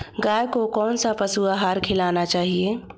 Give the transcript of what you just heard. गाय को कौन सा पशु आहार खिलाना चाहिए?